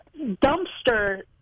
dumpster